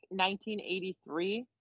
1983